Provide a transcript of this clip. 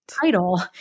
title